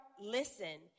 listen